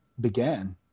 began